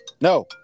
no